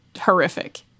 horrific